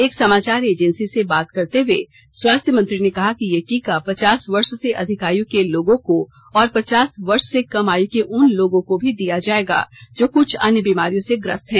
एक समाचार एजेंसी से बात करते हुए स्वास्थ्य मंत्री ने कहा कि यह टीका पचास वर्ष से अधिक आयु के लोगों को और पचास वर्ष से कम आयु के उन लोगों को भी दिया जाएगा जो कुछ अन्य बीमारियों से ग्रस्त हैं